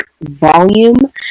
volume